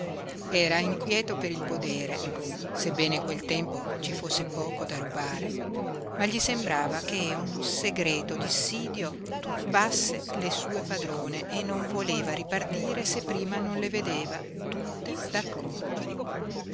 era inquieto per il podere sebbene in quel tempo ci fosse poco da rubare ma gli sembrava che un segreto dissidio turbasse le sue padrone e non voleva ripartire se prima non le vedeva tutte